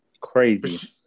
Crazy